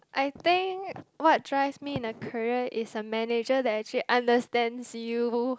I think what drives me in a career is a manager that actually understands you